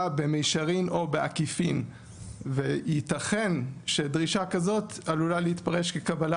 במישרין או בעקיפין ויתכן שדרישה כזו עלולה להתפרש כקבלה